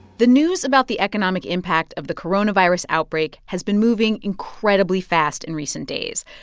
the news about the economic impact of the coronavirus outbreak has been moving incredibly fast in recent days.